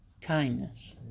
kindness